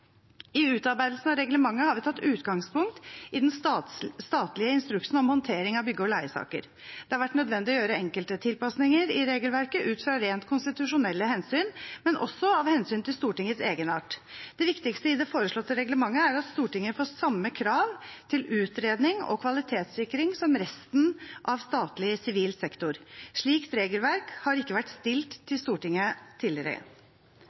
I utarbeidelsen av reglementet har vi tatt utgangspunkt i den statlige instruksen om håndtering av bygge- og leiesaker. Det har vært nødvendig å gjøre enkelte tilpasninger i regelverket ut fra rent konstitusjonelle hensyn, men også av hensyn til Stortingets egenart. Det viktigste i det foreslåtte reglementet er at Stortinget får samme krav til utredning og kvalitetssikring som resten av statlig sivil sektor. Slikt regelverk har ikke vært stilet til Stortinget tidligere.